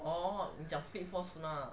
oh 你讲 flip four 是 mah